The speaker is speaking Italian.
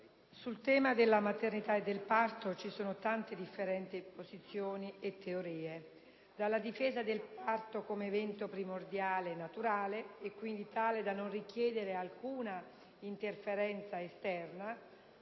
sul tema della maternità e del parto ci sono tante differenti posizioni e teorie, dalla difesa del parto come evento primordiale e naturale, e quindi tale da non richiedere alcuna interferenza esterna,